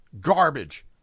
garbage